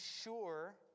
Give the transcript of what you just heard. sure